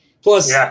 Plus